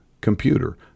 computer